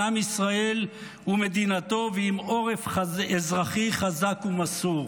עם ישראל ומדינתו ועם עורף אזרחי חזק ומסור.